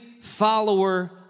follower